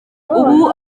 ubu